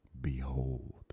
behold